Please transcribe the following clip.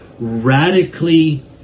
radically